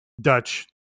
Dutch